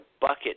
bucket